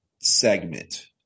segment